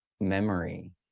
memory